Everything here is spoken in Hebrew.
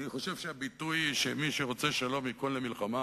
אני חושב שהביטוי שמי שרוצה שלום ייכון למלחמה